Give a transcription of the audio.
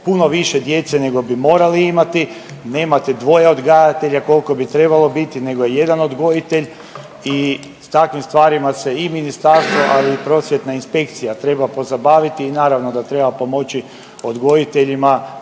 puno više djece nego bi morali imati, nemate dvoje odgajatelja koliko bi trebalo biti nego je jedan odgojitelj i s takvim stvarima se i Ministarstvo, ali i prosvjetna inspekcija treba pozabaviti i naravno da treba pomoći odgojiteljima